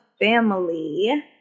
family